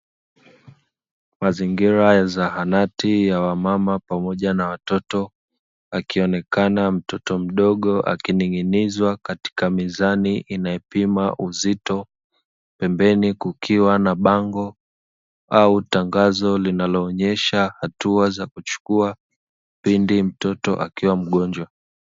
Mazingira ya zahanati ya wamama pamoja na watoto, akionekana mtoto mdogo akining'izwa katika mizani inayopima uzito, pembeni kukiwa na bango au tangazo linaloonyesha hatua za kuchukua, pindi mtoto akiwa mgonjwa.